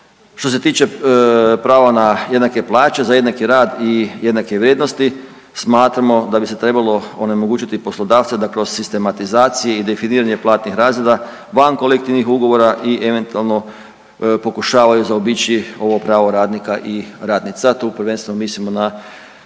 što se tiče prava na jednake plaće za jednaki rad i jednake vrijednosti smatramo da bi se trebalo onemogućiti poslodavce da kroz sistematizacije i definiranje platnih razreda van kolektivnih ugovora i eventualno pokušavaju zaobići ovo pravo radnika i radnica, a tu prvenstveno mislimo na